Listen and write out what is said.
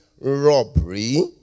robbery